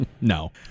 No